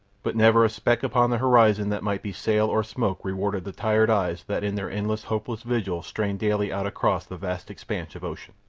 but never a speck upon the horizon that might be sail or smoke rewarded the tired eyes that in their endless, hopeless vigil strained daily out across the vast expanse of ocean.